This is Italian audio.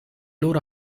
loro